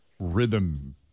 rhythm